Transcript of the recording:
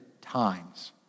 times